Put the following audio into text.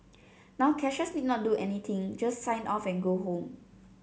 now cashiers need not do anything just sign off and go home